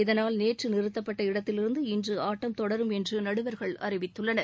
இதனால் நேற்று நிறுத்தப்பட்ட இடத்திலிருந்து இன்று ஆட்டம் தொடரும் என்று நடுவர்கள் அறிவித்துள்ளனர்